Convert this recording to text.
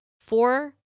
four